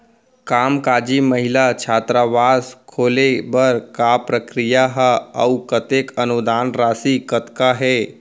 कामकाजी महिला छात्रावास खोले बर का प्रक्रिया ह अऊ कतेक अनुदान राशि कतका हे?